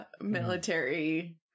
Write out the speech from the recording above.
military